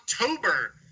October